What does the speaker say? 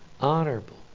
honorable